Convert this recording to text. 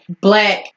black